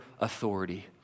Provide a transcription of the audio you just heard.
authority